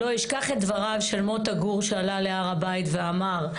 לא אשכח את דבריו של מוטה גור שעלה להר הבית ואמר,